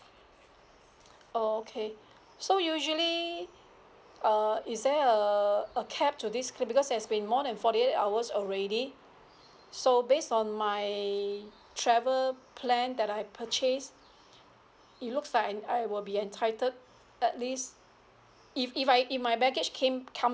oh okay so usually uh is there a a cap to this claim because that has been more than forty eight hours already so base on my travel plan that I purchase it looks like I I will be entitled at least if if I if my baggage came come